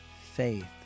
faith